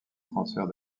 transfert